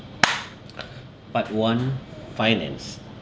part one finance